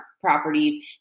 properties